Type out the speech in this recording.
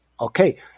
okay